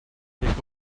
take